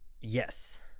Yes